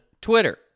Twitter